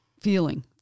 feeling